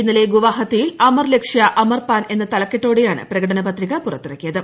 ഇന്നലെ ഗുവാഹത്തിയിൽ അമർ ലക്ഷ്യ അമർ പാൻ എന്ന തലക്കെട്ടോടെയാണ് പ്രകടന പത്രിക പുറത്തിറക്കിയത്